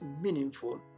meaningful